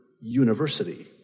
university